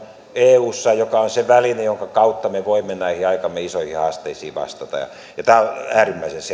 eussa joka on se väline jonka kautta me voimme näihin aikamme isoihin haasteisiin vastata tämä on äärimmäisen